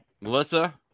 Melissa